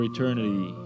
Eternity